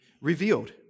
revealed